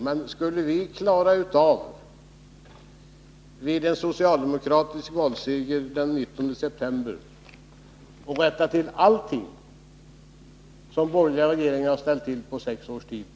Men jag tror inte att någon kräver av oss att vi vid en socialdemokratisk valseger den 19 september skall klara av att med en gång rätta till allting som borgerliga regeringar ställt till under sex års tid.